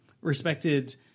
respected